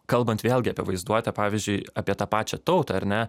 kalbant vėlgi apie vaizduotę pavyzdžiui apie tą pačią tautą ar ne